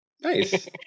Nice